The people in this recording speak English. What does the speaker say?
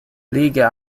liga